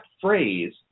phrase